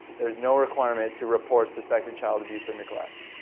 there's no requirements to report suspected child abuse or neglect.